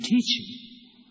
teaching